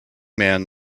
man